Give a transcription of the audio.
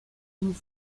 une